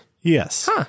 Yes